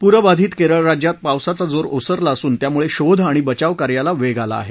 पूरबाधित केरळ राज्यात पावसाचा जोर ओसरला असून त्यामुळे शोध आणि बचाव कार्याला वेग आला आहे